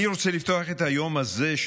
אני רוצה לפתוח את היום הזה,